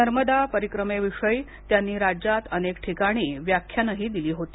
नर्मदा परीक्रमेविषयी त्यांनी राज्यात अनेक ठिकाणी व्याख्यानंही दिली होती